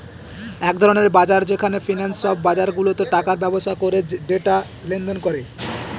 এক ধরনের বাজার যেখানে ফিন্যান্সে সব বাজারগুলাতে টাকার ব্যবসা করে ডেটা লেনদেন করে